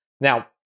Now